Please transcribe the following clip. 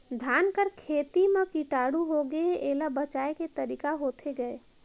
धान कर खेती म कीटाणु होगे हे एला बचाय के तरीका होथे गए?